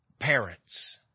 parents